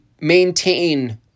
maintain